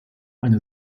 eine